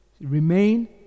Remain